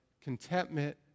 contentment